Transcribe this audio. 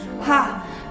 Ha